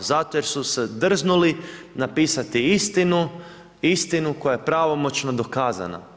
Zato jer su drznuli napisati istinu, istinu koja je pravomoćno dokazana.